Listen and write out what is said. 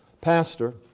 pastor